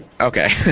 Okay